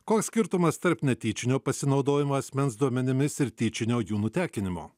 koks skirtumas tarp netyčinio pasinaudojimo asmens duomenimis ir tyčinio jų nutekinimo